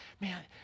Man